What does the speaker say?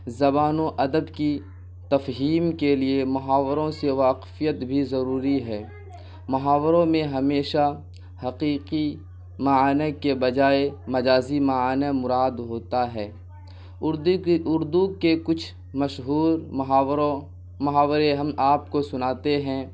زبان و ادب کی تفہیم کے لیے محاوروں سے واقفیت بھی ضروری ہے محاوروں میں ہمیشہ حقیقی معنی کے بجائے مجازی معنی مراد ہوتا ہے اردو کی اردو کے کچھ مشہور محاوروں محاورے ہم آپ کو سناتے ہیں